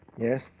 Yes